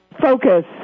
focus